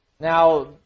Now